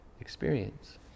experience